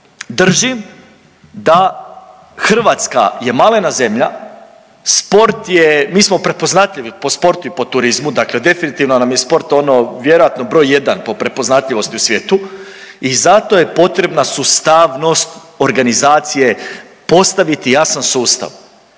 držim da Hrvatska je malena zemlja, sport je, mi smo prepoznatljivi po sportu i po turizmu dakle definitivno nam je sport ono vjerojatno br. 1 po prepoznatljivosti u svijetu i zato je potrebna sustavnost organizacije postaviti jasan sustav.